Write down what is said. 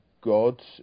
God